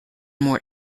more